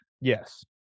Yes